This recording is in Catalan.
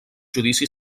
judici